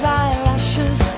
eyelashes